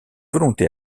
volonté